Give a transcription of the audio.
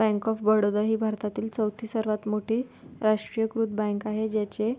bank of Baroda ही भारतातील चौथी सर्वात मोठी राष्ट्रीयीकृत बँक आहे ज्याचे